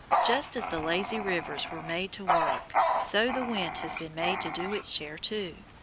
just as the lazy rivers were made to work, so the wind has been made to do its share too.